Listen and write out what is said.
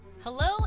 Hello